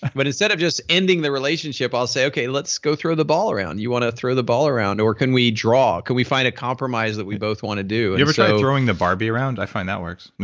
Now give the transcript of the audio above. but instead of just ending the relationship i'll say okay, let's go throw the ball around. you want to throw the ball around or can we draw, can we find a compromise that we both want to do and so. you ever try throwing the barbie around, i find that works. no,